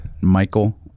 Michael